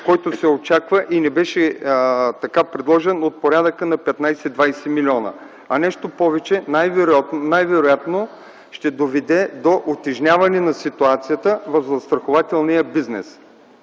който се очаква и ни беше така предложен от порядъка на 15-20 милиона. Нещо повече, най-вероятно ще доведе до утежняване на ситуацията в застрахователния бизнес.